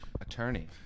attorney